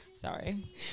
Sorry